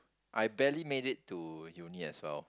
I barely made it to union as well